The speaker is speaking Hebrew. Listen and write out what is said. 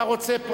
אתה רוצה,